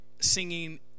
singing